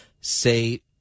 say